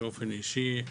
באופן אישי,